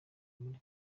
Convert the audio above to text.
muri